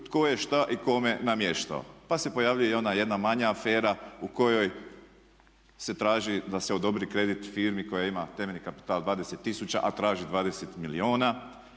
tko je šta i kome namještaju, pa se pojavljuje i ona jedna manja afere u kojoj se traži da se odobri kredit firmi koja ima temeljni kapital 20 tisuća a traži 20